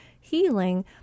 healing